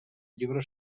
llibre